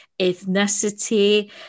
ethnicity